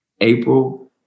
April